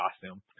costume